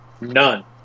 none